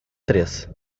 três